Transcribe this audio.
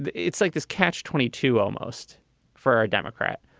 but it's like this catch twenty two almost for a democrat.